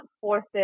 forces